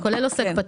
כן.